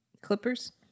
clippers